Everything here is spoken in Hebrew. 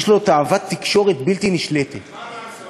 יש לו תאוות תקשורת בלתי נשלטת, מה לעשות,